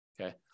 Okay